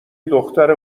دختر